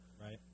right